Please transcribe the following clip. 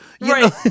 Right